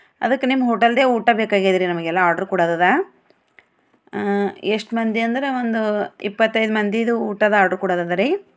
ಅದಕ್ಕೆ ನಿಮ್ಮ ಹೋಟೆಲ್ದೇ ಊಟ ಬೇಕಾಗಿದೆ ರಿ ನಮಗೆಲ್ಲ ಆರ್ಡರ್ ಕೊಡೋದದ ಎಷ್ಟು ಮಂದಿ ಅಂದ್ರೆ ಒಂದು ಇಪ್ಪತ್ತೈದು ಮಂದಿದು ಊಟದ ಆರ್ಡರ್ ಕೊಡೋದದ ರಿ